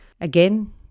Again